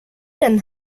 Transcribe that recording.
den